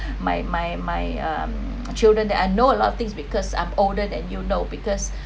my my my um children that I know a lot of things because I'm older than you no because